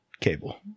cable